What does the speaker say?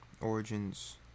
origins